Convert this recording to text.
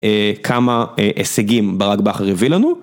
כמה הישגים ברק בכר הביא לנו.